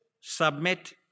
submit